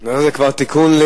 חלה על פסולת אריזות